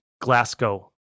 Glasgow